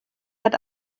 had